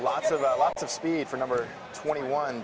lots of our lots of speed for number twenty one